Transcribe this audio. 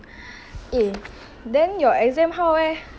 eh then your exam how eh